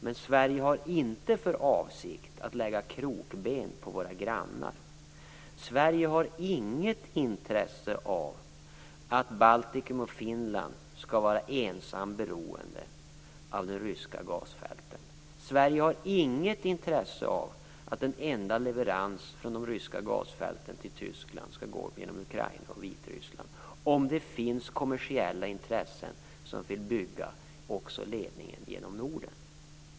Men Sverige har inte för avsikt att lägga krokben för sina grannar. Sverige har inget intresse av att Baltikum och Finland skall vara ensidigt beroende av de ryska gasfälten. Sverige har inget intresse av att en enda leverans från de ryska gasfälten till Tyskland skall gå genom Ukraina och Vitryssland, om det finns kommersiella intressen som också vill bygga ledningen genom Norden.